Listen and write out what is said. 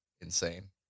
insane